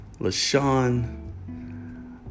LaShawn